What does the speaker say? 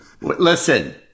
Listen